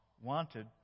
wanted